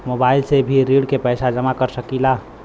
Mobile से भी ऋण के पैसा जमा कर सकी ला?